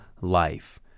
life